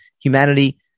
humanity